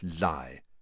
lie